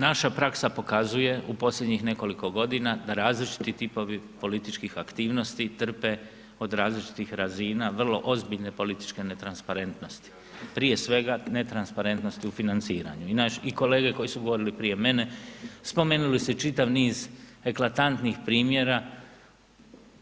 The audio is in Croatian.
Naša praksa pokazuje u posljednjih nekoliko godina da različiti tipovi političkih aktivnosti trpe od različitih razina vrlo ozbiljne političke netransparentnosti, prije svega netransparentnosti u financiranju i kolege koji su govorili prije mene, spomenuli su čitav niz eklatantnih primjera